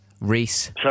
Reese